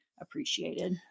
appreciated